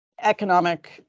economic